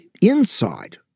Inside